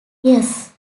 yes